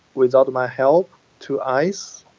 without my help to ice,